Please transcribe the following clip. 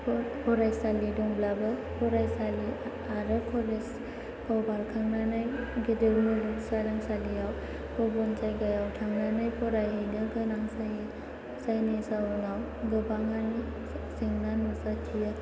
फरायसालि दंब्लाबो फरायसालि आरो कलेज खौ बारखांनानै गिदिर मुलुग सोलोंसालिआव गुबुन जायगायाव थांनानै फरायहैनो गोनां जायो जायनि जाहोनाव गोबां माने जेंना नुजाथियो